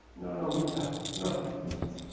no, no meetha no meetha.